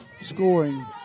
scoring